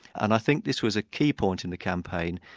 and i think this was a key point in the campaign,